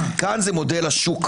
פה זה מודל השוק.